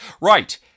Right